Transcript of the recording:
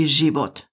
život